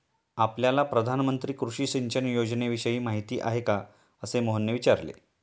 आपल्याला प्रधानमंत्री कृषी सिंचन योजनेविषयी माहिती आहे का? असे मोहनने विचारले